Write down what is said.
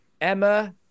Emma